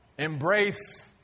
Embrace